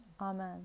Amen